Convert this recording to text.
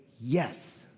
yes